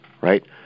right